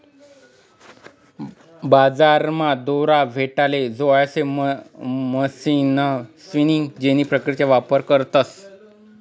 बजारमा दोरा भेटाले जोयजे म्हणीसन स्पिनिंग जेनी प्रक्रियाना वापर करतस